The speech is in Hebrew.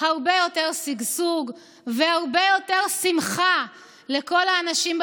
הרבה יותר שגשוג והרבה יותר שמחה לכל האנשים,